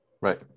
Right